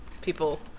people